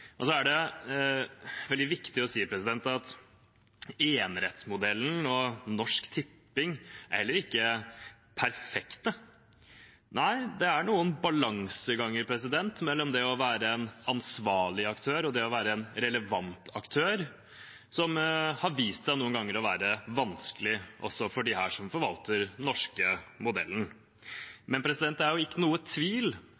er også veldig viktig å si at enerettsmodellen og Norsk Tipping heller ikke er perfekte. Nei, det er noen balanseganger mellom det å være en ansvarlig aktør og det å være en relevant aktør, som har vist seg noen ganger å være vanskelig for dem som forvalter den norske